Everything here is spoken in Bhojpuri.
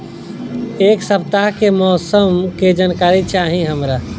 एक सपताह के मौसम के जनाकरी चाही हमरा